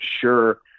sure